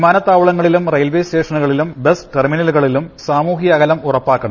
വിമാനത്താവള ങ്ങളിലും റെയിൽവേ സ്റ്റേഷനുകളിലും ബസ് ടെർമിനലുകളിലും സാമൂഹിക അകലം ഉറപ്പാക്കണം